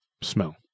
smell